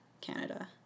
canada